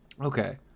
Okay